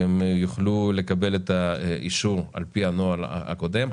והן יוכלו לקבל את האישור על פי הנוהל הקודם.